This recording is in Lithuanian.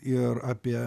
ir apie